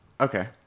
Okay